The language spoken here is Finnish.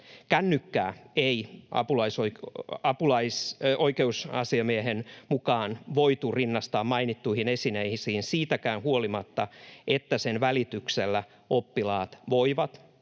Kännykkää ei apulaisoikeusasiamiehen mukaan voitu rinnastaa mainittuihin esineisiin siitäkään huolimatta, että sen välityksellä oppilaat voivat